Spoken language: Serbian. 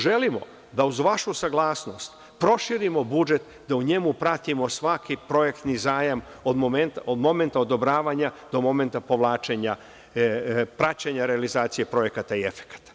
Želimo da uz vašu saglasnost proširimo budžet, da u njemu pratimo svaki projektni zajam od momenta odobravanja do momenta povlačenja, praćenja realizacije projekata i efekata.